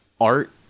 art